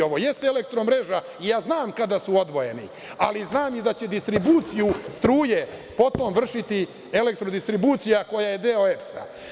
Ovo jeste elektromreža i ja znam kada su odvojeni, ali znam i da će distribuciju struje potom vršiti Elektrodistribucija koja je deo EPS.